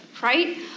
right